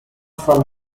from